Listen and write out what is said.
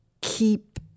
keep